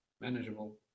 manageable